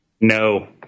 No